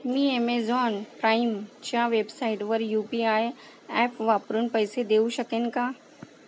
मी Amazon प्राइमच्या वेबसाइटवर U P I app वापरून पैसे देऊ शकेन का